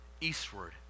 eastward